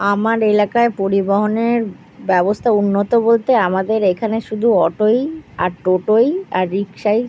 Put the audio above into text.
আমার এলাকায় পরিবহনের ব্যবস্থা উন্নত বলতে আমাদের এখানে শুধু অটোই আর টোটোই আর রিক্সাই